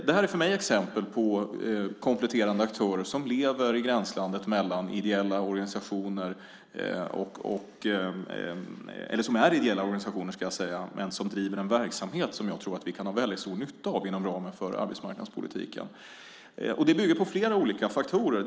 Detta är för mig exempel på kompletterande aktörer som är ideella organisationer men som driver en verksamhet som jag tror att vi kan ha väldigt stor nytta av inom ramen för arbetsmarknadspolitiken. Det bygger på flera olika faktorer.